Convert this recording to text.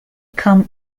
come